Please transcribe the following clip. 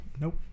Nope